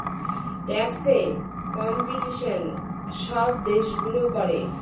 ট্যাক্সে কম্পিটিশন সব দেশগুলো করে